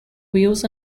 wheels